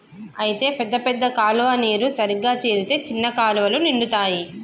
అయితే పెద్ద పెద్ద కాలువ నీరు సరిగా చేరితే చిన్న కాలువలు నిండుతాయి